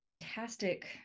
fantastic